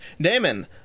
Damon